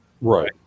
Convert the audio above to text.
Right